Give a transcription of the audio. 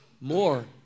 more